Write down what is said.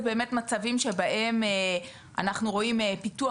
זה באמת מצבים שבהם אנחנו רואים פיתוח